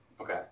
Okay